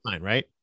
Right